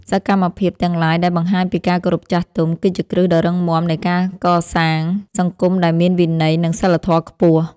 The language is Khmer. សកម្មភាពទាំងឡាយដែលបង្ហាញពីការគោរពចាស់ទុំ គឺជាគ្រឹះដ៏រឹងមាំនៃការកសាងសង្គមដែលមានវិន័យ និងសីលធម៌ខ្ពស់។